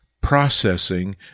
processing